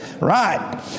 Right